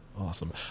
awesome